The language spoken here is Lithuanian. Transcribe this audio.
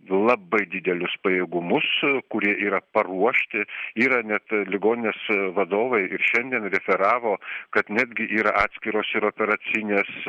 labai didelius pajėgumus kurie yra paruošti yra net ligoninės vadovai ir šiandien referavo kad netgi yra atskiros ir operacinės